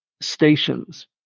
stations